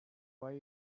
why